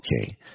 Okay